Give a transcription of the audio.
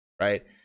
right